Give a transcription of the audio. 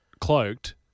cloaked